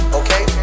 okay